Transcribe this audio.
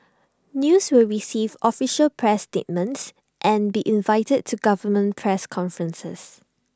news will receive official press statements and be invited to government press conferences